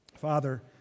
Father